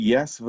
Yes